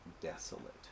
desolate